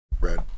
Red